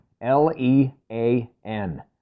L-E-A-N